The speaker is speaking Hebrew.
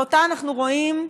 ואותה אנחנו רואים,